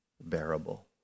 bearable